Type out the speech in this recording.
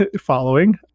following